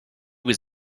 was